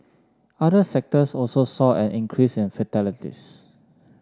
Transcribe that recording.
other sectors also saw an increase in fatalities